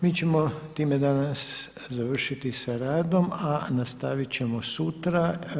Mi ćemo time danas završiti sa radom, a nastavit ćemo sutra.